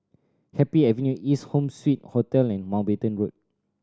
Happy Avenue East Home Suite Hotel and Mountbatten Road